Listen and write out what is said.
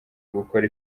gukora